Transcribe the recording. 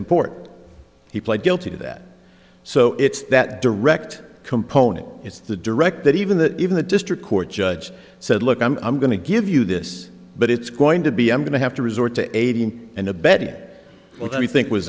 import he pled guilty to that so it's that direct component it's the direct that even the even the district court judge said look i'm going to give you this but it's going to be i'm going to have to resort to aiding and abetting what i think was